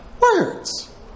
Words